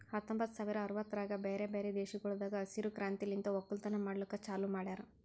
ಹತ್ತೊಂಬತ್ತು ಸಾವಿರ ಅರವತ್ತರಾಗ್ ಬ್ಯಾರೆ ಬ್ಯಾರೆ ದೇಶಗೊಳ್ದಾಗ್ ಹಸಿರು ಕ್ರಾಂತಿಲಿಂತ್ ಒಕ್ಕಲತನ ಮಾಡ್ಲುಕ್ ಚಾಲೂ ಮಾಡ್ಯಾರ್